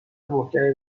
محکمی